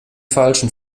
falschen